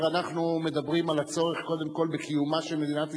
אנחנו מדברים על הצורך קודם כול בקיומה של מדינת ישראל,